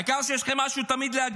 העיקר שתמיד יש לכם משהו להגיד,